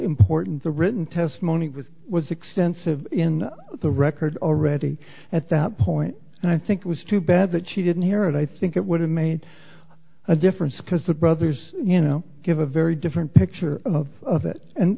important the written testimony was was extensive in the record already at that point and i think it was too bad that she didn't hear it i think it would have made a difference because the brothers you know give a very different picture of that and